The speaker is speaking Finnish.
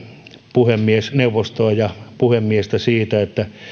puhemiesneuvostoa ja puhemiestä siinä että